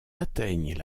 atteignent